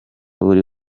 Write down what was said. buri